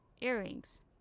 earrings